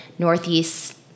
northeast